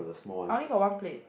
I only got one plate